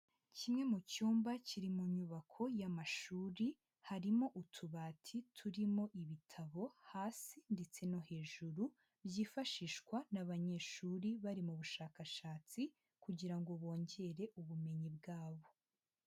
Kimwe mu cyumba kiri mu nyubako y'amashuri, harimo utubati turimo ibitabo hasi ndetse no hejuru, byifashishwa n'abanyeshuri bari mu bushakashatsi kugira ngo bongere ubumenyi bwabo.